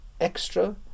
extra